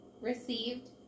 received